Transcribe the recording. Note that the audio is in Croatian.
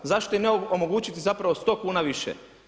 Zašto im ne omogućiti zapravo 100 kuna više?